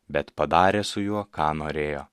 bet padarė su juo ką norėjo